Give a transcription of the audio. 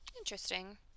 interesting